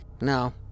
No